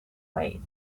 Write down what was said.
ways